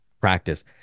practice